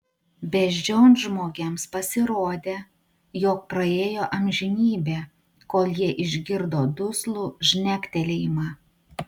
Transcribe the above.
beždžionžmogiams pasirodė jog praėjo amžinybė kol jie išgirdo duslų žnektelėjimą